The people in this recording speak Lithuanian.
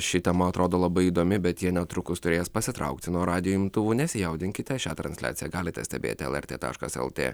ši tema atrodo labai įdomi bet jie netrukus turės pasitraukti nuo radijo imtuvų nesijaudinkite šią transliaciją galite stebėti lrt taškas lt